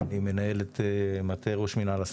אני מנהל את מטה ראש מינהל הספורט.